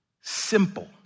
simple